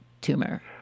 tumor